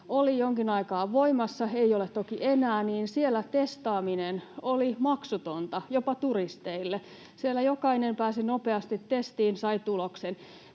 oli jonkin aikaa voimassa — ei ole toki enää — testaaminen oli maksutonta jopa turisteille. Siellä jokainen pääsi nopeasti testiin, sai tuloksen,